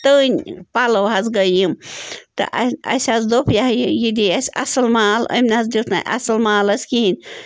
تٔنۍ پَلو حظ گٔے یِم تہٕ اَسہِ حظ دوٚپ یہِ ہا یہِ یہِ دی اَسہِ اَصٕل مال أمۍ نَہ حظ دیُت نہٕ اَصٕل مال حظ کِہیٖنۍ